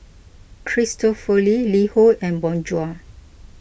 Cristofori LiHo and Bonjour